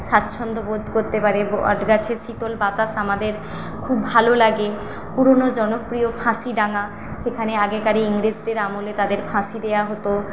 স্বাচ্ছন্দ বোধ করতে পারে বটগাছের শীতল বাতাস আমাদের খুব ভালো লাগে পুরোনো জনপ্রিয় ফাঁসিডাঙ্গা সেখানে আগেকার ইংরেজদের আমলে তাদের ফাঁসি দেওয়া হতো